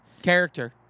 Character